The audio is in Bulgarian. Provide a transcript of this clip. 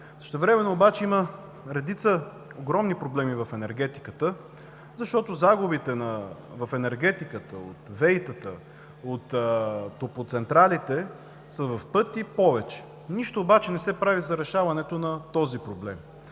Същевременно обаче има редица огромни проблеми в енергетиката, защото загубите в енергетиката от ВЕИ-тата, от топлоцентралите са в пъти повече. Нищо обаче не се прави за решаването на този проблем.